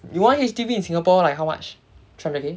you one H_D_B in singapore like how much three hundred K